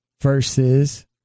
Verses